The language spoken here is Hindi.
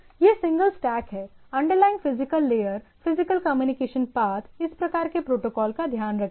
यह सिंगल स्टैक है underline physical layer physical communication path इस प्रकार के प्रोटोकॉल का ध्यान रखता है